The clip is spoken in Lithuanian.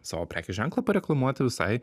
savo prekės ženklą pareklamuoti visai